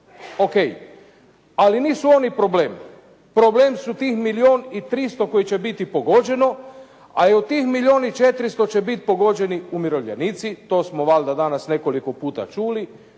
Ok. Ali nisu oni problem. Problem su tih milijon i 300 koji će biti pogođeno, a od tih milijon i 400 će biti pogođeni umirovljenici, to smo valjda danas nekoliko puta čuli,